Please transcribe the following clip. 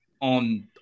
on –